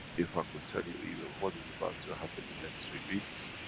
if i could tell you even, what is about to happen in next three weeks.